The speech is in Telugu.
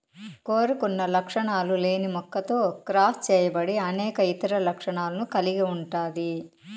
కోరుకున్న లక్షణాలు లేని మొక్కతో క్రాస్ చేయబడి అనేక ఇతర లక్షణాలను కలిగి ఉంటాది